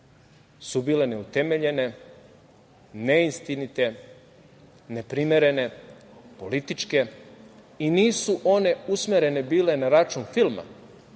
su bile neutemeljene, neistinite, neprimerene, političke i nisu one usmerene bile na račun filma.